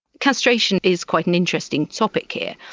castration is quite an interesting topic here,